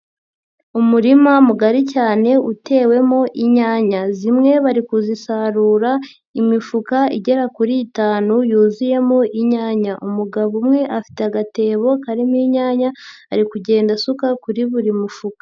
Umurima mugari cyane utewemo inyanya. Zimwe bari kuzisarura imifuka igera kuri itanu yuzuyemo inyanya. Umugabo umwe afite agatebo karimo inyanya ari kugenda asuka kuri buri mufuka.